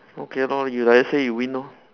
okay lor you like that say you win lor